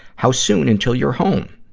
how soon until you're home?